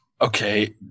Okay